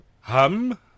Hum